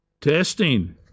Testing